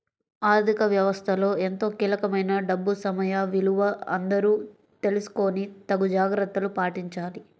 ఆర్ధిక వ్యవస్థలో ఎంతో కీలకమైన డబ్బు సమయ విలువ అందరూ తెలుసుకొని తగు జాగర్తలు పాటించాలి